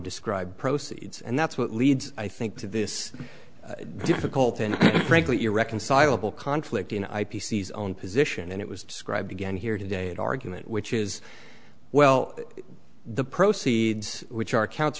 describe proceeds and that's what leads i think to this difficult and frankly irreconcilable conflict in i p c s own position and it was described again here today at argument which is well the proceeds which are cou